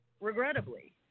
regrettably